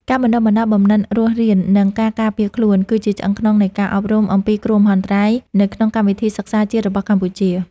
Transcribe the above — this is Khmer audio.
ការបណ្ដុះបណ្ដាលបំណិនរស់រាន និងការការពារខ្លួន គឺជាឆ្អឹងខ្នងនៃការអប់រំអំពីគ្រោះមហន្តរាយនៅក្នុងកម្មវិធីសិក្សាជាតិរបស់កម្ពុជា។